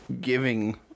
giving